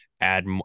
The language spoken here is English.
add